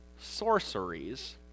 sorceries